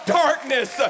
darkness